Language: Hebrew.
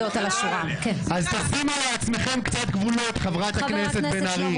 אז תשימו על עצמכם קצת גבולות, חברת הכנסת בן ארי.